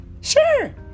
Sure